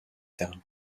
terrain